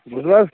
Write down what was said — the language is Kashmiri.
بوٗزُو حظ